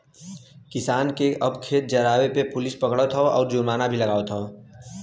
किसान के अब खेत जरावे पे पुलिस पकड़त हौ आउर जुर्माना भी लागवत हौ